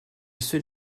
seul